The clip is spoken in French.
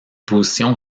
position